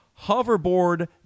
hoverboard